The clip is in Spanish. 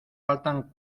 faltan